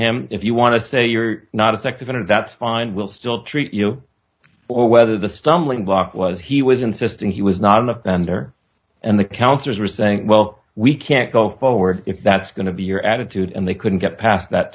him if you want to say you're not a sex offender that's fine we'll still treat you or whether the stumbling block was he was insisting he was not an offender and the counsellors were saying well we can't go forward if that's going to be your attitude and they couldn't get past that